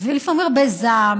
ולפעמים הרבה זעם,